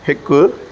हिकु